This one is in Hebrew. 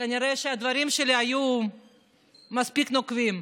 כנראה הדברים שלי היו מספיק נוקבים.